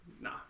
Nah